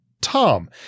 Tom